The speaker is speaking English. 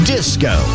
Disco